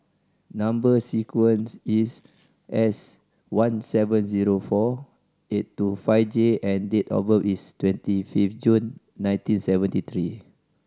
number sequence is S one seven zero four eight two five J and date of birth is twenty fifth June nineteen seventy three